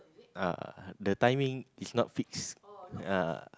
ah the timing is not fixed